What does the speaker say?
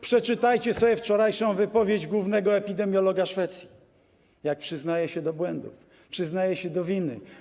Przeczytajcie sobie wczorajszą wypowiedź głównego epidemiologa Szwecji, jak przyznaje się do błędów, przyznaje się do winy.